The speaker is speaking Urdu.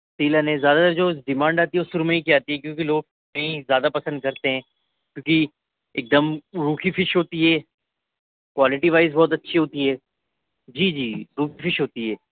سیلن ہے زیادہ تر جو ڈیمانڈ آتی ہے وو سرمئی کی آتی ہے کیونکہ لوگ انہیں زیادہ پسند کرتے ہیں کیونکہ اک دم روکھی فش ہوتی ہے کوالٹی وائز بہت اچھی ہوتی ہے جی جی روہو فش ہوتی ہے